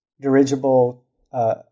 dirigible